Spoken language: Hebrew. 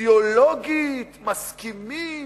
אידיאולוגית מסכימים,